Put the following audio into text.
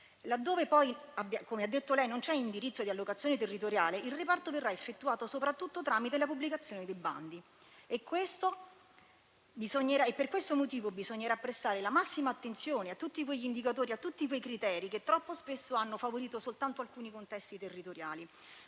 Laddove poi - come ha detto lei - non c'è indirizzo di allocazione territoriale, il reparto verrà effettuato soprattutto tramite la pubblicazione dei bandi; per questo motivo bisognerà prestare la massima attenzione a tutti quegli indicatori e a tutti quei criteri che troppo spesso hanno favorito soltanto alcuni contesti territoriali.